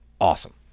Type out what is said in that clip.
awesome